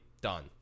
done